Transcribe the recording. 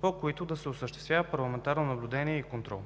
по които да се осъществява парламентарно наблюдение и контрол.